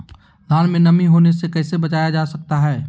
धान में नमी होने से कैसे बचाया जा सकता है?